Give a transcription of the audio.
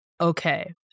okay